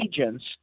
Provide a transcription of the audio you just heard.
agents